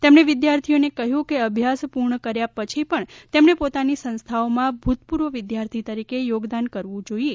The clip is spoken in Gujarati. તેમણે વિદ્યાર્થીઓને કહ્યું કે અભ્યાસ પુર્ણ કર્યા પછી પણ તેમણે પોતાની સંસ્થાઓમાં ભુતપુર્વ વિદ્યાર્થી તરીકે થોગદાન કરવુ જોઇએ